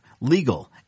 legal